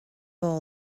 all